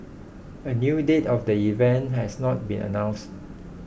a new date of the event has not been announced